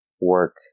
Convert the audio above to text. work